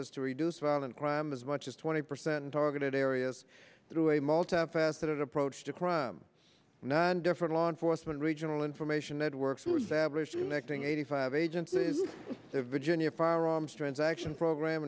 has to reduce violent crime as much as twenty percent target areas through a multifaceted approach to crime nine different law enforcement regional information networks with average electing eighty five agents virginia firearms transaction program